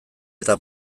eta